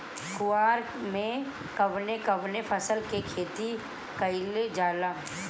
कुवार में कवने कवने फसल के खेती कयिल जाला?